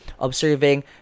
observing